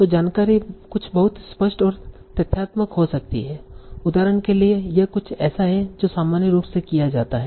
तों जानकारी कुछ बहुत स्पष्ट और तथ्यात्मक हो सकती है उदाहरण के लिए यह कुछ ऐसा है जो सामान्य रूप से किया जाता है